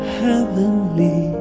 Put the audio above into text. heavenly